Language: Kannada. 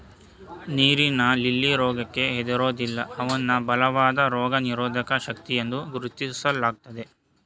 ನೀರಿನ ಲಿಲ್ಲಿ ರೋಗಕ್ಕೆ ಹೆದರೋದಿಲ್ಲ ಅವ್ನ ಬಲವಾದ ರೋಗನಿರೋಧಕ ಶಕ್ತಿಯೆಂದು ಗುರುತಿಸ್ಲಾಗ್ತದೆ